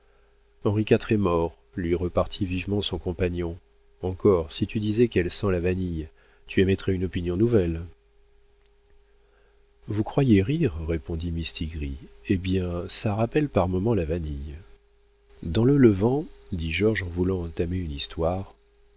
henri iv est mort lui repartit vivement son compagnon encore si tu disais qu'elle sent la vanille tu émettrais une opinion nouvelle vous croyez rire répondit mistigris eh bien ça rappelle par moments la vanille dans le levant dit georges en voulant entamer une histoire